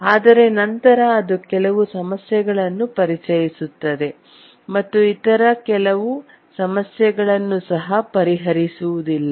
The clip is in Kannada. ಆದರೆ ನಂತರ ಅದು ಕೆಲವು ಸಮಸ್ಯೆಗಳನ್ನು ಪರಿಚಯಿಸುತ್ತದೆ ಮತ್ತು ಇತರ ಕೆಲವು ಸಮಸ್ಯೆಗಳನ್ನು ಸಹ ಪರಿಹರಿಸುವುದಿಲ್ಲ